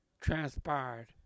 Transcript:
transpired